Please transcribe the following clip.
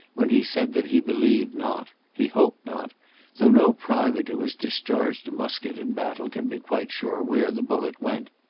when he said that he believed not he hoped not though no private who has discharged a musket in baffle can be quite sure where the bullet went.